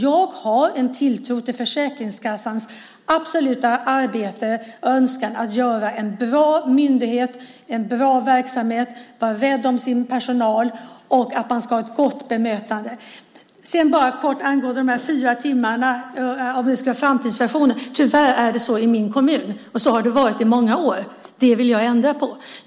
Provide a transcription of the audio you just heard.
Jag har en tilltro till Försäkringskassans arbete och önskan att ha en bra myndighet, en bra verksamhet, att vara rädd om sin personal och ha ett gott bemötande. Lite kort angående de fyra timmarna, om vi ska ha framtidsversionen. Tyvärr är det så i min hemkommun, och så har det varit i många år. Det vill jag ändra på.